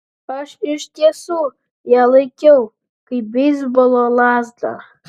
aš iš tiesų ją laikiau kaip beisbolo lazdą